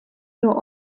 nur